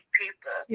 people